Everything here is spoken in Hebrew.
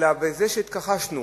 אלא בזה שהתכחשנו